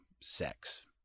sex